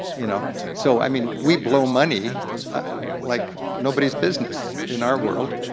you know so i mean, we blow money like nobody's business in our world.